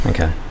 Okay